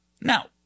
Now